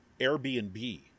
Airbnb